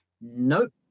Nope